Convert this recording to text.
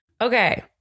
Okay